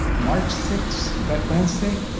march six, that wednesday,